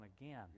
again